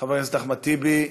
חבר הכנסת אחמד טיבי,